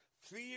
Fear